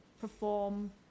perform